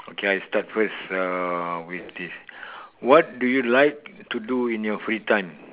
okay I start first uh with this what do you like to do in your free time